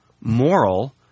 Moral